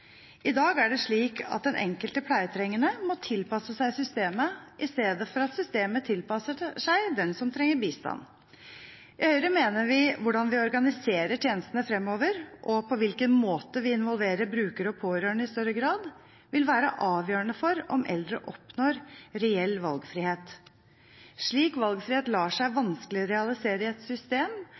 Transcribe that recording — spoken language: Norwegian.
I dag er det slik at den enkelte pleietrengende må tilpasse seg systemet, i stedet for at systemet tilpasser seg den som trenger bistand. I Høyre mener vi hvordan vi organiserer tjenestene fremover, og på hvilken måte vi involverer brukere og pårørende i større grad, vil være avgjørende for om eldre oppnår reell valgfrihet. Slik valgfrihet lar seg vanskelig realisere i et system